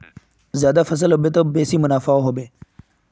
ज्यादा फसल ह बे त बेसी मुनाफाओ ह बे